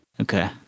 Okay